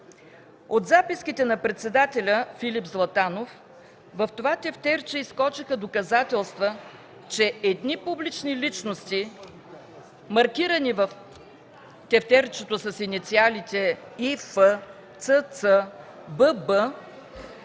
От записките на председателя Филип Златанов в това тефтерче изскочиха доказателства, че едни публични личности, маркирани в тефтерчето с инициалите И.Ф., Ц.Ц., Б.Б.,